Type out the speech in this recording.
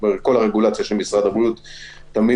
ולשם גם משרד הבריאות הולך.